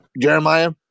Jeremiah